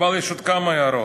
אבל יש עוד כמה הערות.